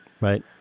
Right